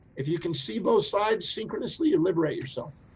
if you can see both sides, synchronously and liberate yourself,